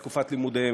בתקופת לימודיהם,